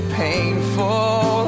painful